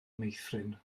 meithrin